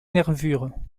nervures